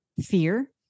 fear